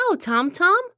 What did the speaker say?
Tom-Tom